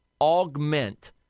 augment